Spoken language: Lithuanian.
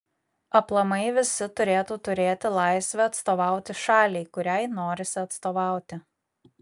aplamai visi turėtų turėti laisvę atstovauti šaliai kuriai norisi atstovauti